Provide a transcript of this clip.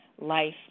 life